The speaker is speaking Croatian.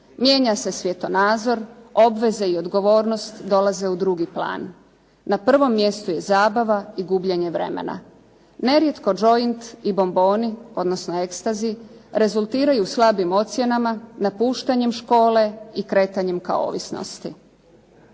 Mijenja se svjetonazor, obveze i odgovornost dolaze u drugi plan. Na prvom mjestu je zabava i gubljenje vremena. Nerijetko joint i bomboni, odnosno ecstasy, rezultiraju slabim ocjenama, napuštanjem škole i kretanjem ka ovisnosti.